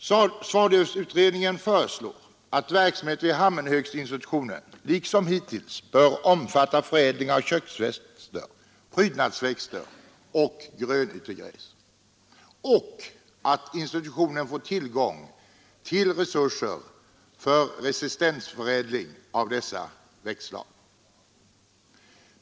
Svallövsutredningen föreslår att verksamheten vid Hammenhögsinstitutionen liksom hittills bör omfatta förädling av köksväxter, prydnadsväxter och grönytegräs och att institutionen får tillgång till resurser för resistensförädling av dessa växtslag.